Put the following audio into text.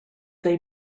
they